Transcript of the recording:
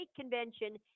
convention